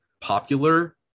popular